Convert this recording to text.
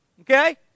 Okay